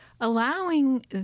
allowing